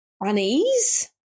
unease